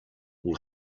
will